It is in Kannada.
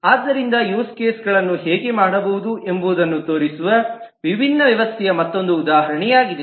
ಆದ್ದರಿಂದ ಯೂಸ್ ಕೇಸ್ಗಳನ್ನು ಹೇಗೆ ಮಾಡಬಹುದು ಎಂಬುದನ್ನು ತೋರಿಸುವ ವಿಭಿನ್ನ ವ್ಯವಸ್ಥೆಯ ಮತ್ತೊಂದು ಉದಾಹರಣೆಯಾಗಿದೆ